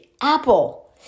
apple